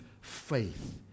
faith